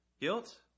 Guilt